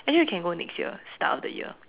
I think we can go next year start of the year